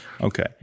Okay